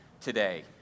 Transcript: today